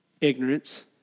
Ignorance